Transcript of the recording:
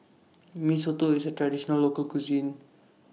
Mee Soto IS A Traditional Local Cuisine